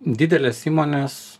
didelės įmonės